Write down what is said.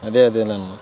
అదే అదేలేమ్మా